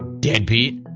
deadbeat.